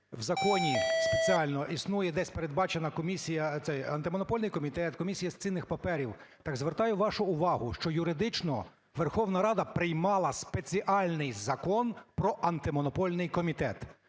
в законі спеціально існує, десь передбачена комісія, Антимонопольний комітет, Комісія з цінних паперів, так звертаю вашу увагу, що юридично Верховна Рада приймала спеціальний Закон про Антимонопольний комітет,